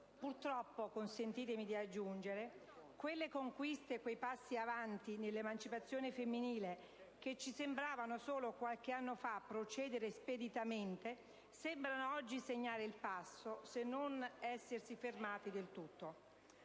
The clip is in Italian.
Purtroppo, consentitemi di aggiungere, quelle conquiste e quei passi avanti nell'emancipazione femminile che ci sembravano solo qualche anno fa procedere speditamente sembrano oggi segnare il passo, se non essersi fermati del tutto.